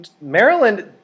Maryland